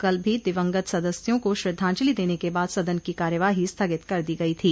कल भी दिवंगत सदस्यों को श्रद्धांजलि देने के बाद सदन की कार्यवाही स्थगित कर दी गई थी